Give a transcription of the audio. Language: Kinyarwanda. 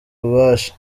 ububasha